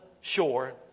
shore